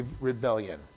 rebellion